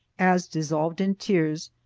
as, dissolved in tears,